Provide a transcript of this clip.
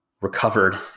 recovered